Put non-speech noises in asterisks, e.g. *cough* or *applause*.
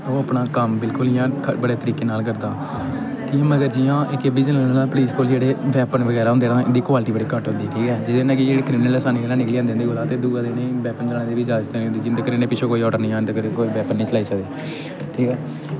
ओह् अपना कम्म बिल्कुल इ'यां ख बड़े तरीके नाल करदा कि मगर जि'यां इक एह् बी *unintelligible* पुलीस कोल जेह्ड़े बैपन बगैरा होंदे ना इं'दी क्वालिटी बड़ी घट्ट होंदी ठीक ऐ जेह्दे नै कि जेह्ड़े क्रिमिनल आसानी कन्नै निकली जंदे इंदे कोला दा ते दूआ ते इ'नें गी बैपन चलाने दी बी जाजत हैन्नी होंदी जिन्ने तक्कर पिच्छों दा कोई आर्डर निं आ उन्ने तक्कर एह् कोई बैपन निं चलाई सकदे ठीक ऐ